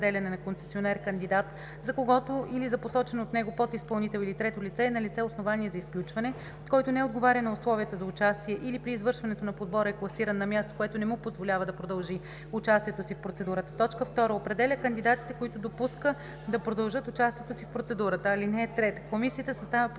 2. определя кандидатите, които допуска да продължат участието си в процедурата. (3) Комисията съставя протокол за